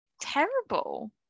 terrible